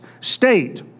state